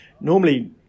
normally